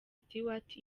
stewart